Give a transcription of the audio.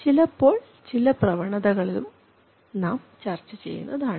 ചിലപ്പോൾ ചില പ്രവണതകളും നാം ചർച്ച ചെയ്യുന്നതാണ്